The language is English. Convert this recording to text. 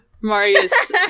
Marius